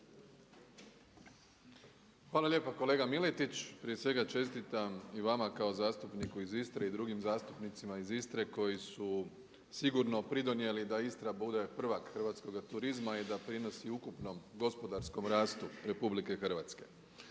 Hvala lijepa kolega Miletić. Prije svega čestitam i vama kao zastupniku iz Istre i drugim zastupnicima iz Istre koji su sigurno pridonijeli da Istra bude prvak hrvatskoga turizma i da prinosi ukupnom gospodarskom rastu RH. Vi se